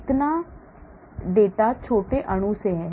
इतना डेटा छोटे अणु से है